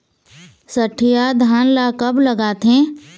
सठिया धान ला कब लगाथें?